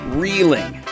reeling